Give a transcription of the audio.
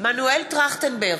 מנואל טרכטנברג,